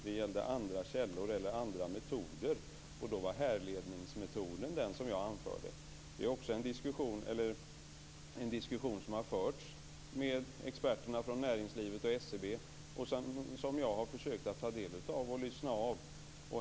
Det gällde andra källor eller andra metoder, och då var härledningsmetoden den som jag anförde. Detta är en diskussion som har förts med experterna från näringslivet och SCB och som jag har försökt att ta del av och lyssna av.